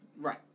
Right